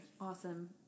Awesome